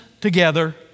together